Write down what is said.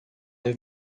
der